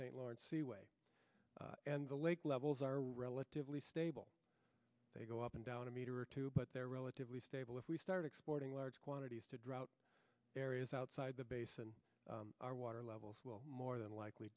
st lawrence seaway and the lake levels are relatively stable they go up and down a metre or two but they're relatively stable if we start exporting large quantities to drought areas outside the basin our water levels will more than likely